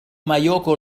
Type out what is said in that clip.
مايوكو